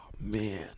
Man